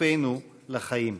ושותפינו לחיים.